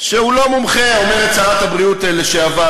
שהוא לא מומחה, אומרת שרת הבריאות לשעבר.